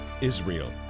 Israel